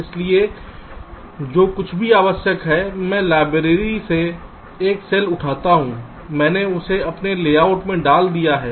इसलिए जो कुछ भी आवश्यक है मैं लाइब्रेरी से एक सेल उठाता हूं मैंने इसे अपने लेआउट में डाल दिया है